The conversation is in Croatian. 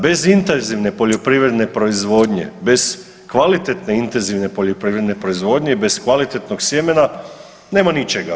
Bez intenzivne poljoprivredne proizvodnje, bez kvalitetne intenzivne poljoprivredne proizvodnje i bez kvalitetnog sjemena nema ničega.